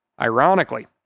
Ironically